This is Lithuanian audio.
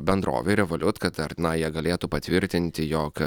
bendrovė revoliut kad ar na jie galėtų patvirtinti jog